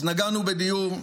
אז נגענו בדיור,